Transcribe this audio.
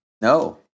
No